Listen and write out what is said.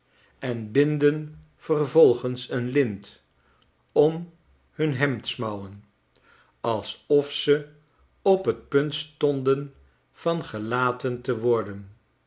en binden vervolgens een lint om hun hemdsmouwen alsof ze op j t punt stonden van gelaten te worden